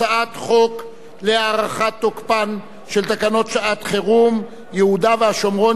הצעת חוק להארכת תוקפן של תקנות שעת-חירום (יהודה והשומרון,